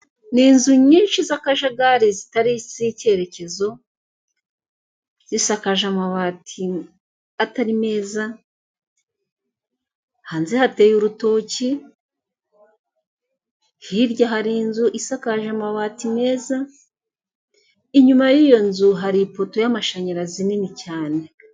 Ni inzu nyinshi z'akajagari zitari iz'icyerekezo, zisaje amabati atari meza, hanze hateye urutoki hirya hari inzu isakaje amabati meza, inyuma y'iyo nzu hari ipoto y'amashanyarazi nini cyane.